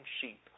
sheep